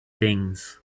things